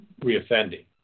reoffending